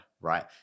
right